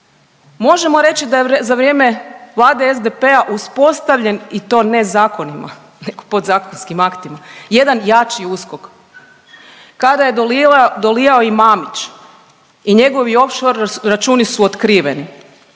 Možemo reći da je za vrijeme vlade SDP-a uspostavljen i to ne zakonima nego podzakonskim aktima jedan jači USKOK kada je dolijao i Mamić i njegovi offshore računi su otkriveni,